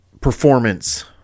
performance